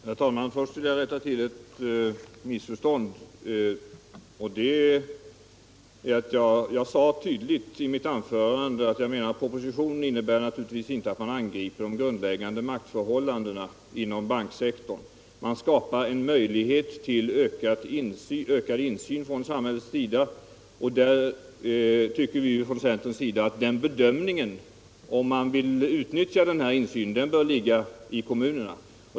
Herr talman! Först vill jag rätta till ett missförstånd. Jag sade tydligt i mitt anförande att propositionen naturligtvis inte innebär att man angriper de grundläggande maktförhållandena inom banksektorn. Man skapar en möjlighet till ökad insyn från samhällets sida. Och vi tycker inom centern att bedömningen huruvida denna möjlighet skall utnyttjas eller inte bör göras av kommunerna.